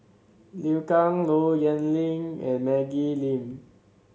Liu Kang Low Yen Ling and Maggie Lim